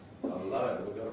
Hello